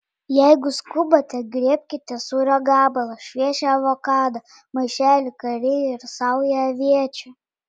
jeigu skubate griebkite sūrio gabalą šviežią avokadą maišelį karijų ir saują aviečių